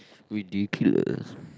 ridiculous